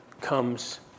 comes